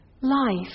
life